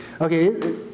Okay